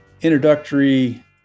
introductory